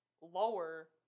lower